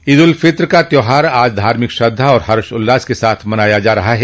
ईद उल फित्र का त्यौहार आज धार्मिक श्रद्धा और हर्षोल्लास के साथ मनाया जा रहा है